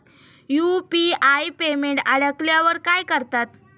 UPI payment अडकल्यावर काय करतात?